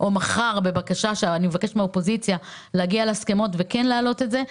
אני מבקשת מהאופוזיציה להגיע להסכמות ולהעלות את זה,